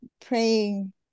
praying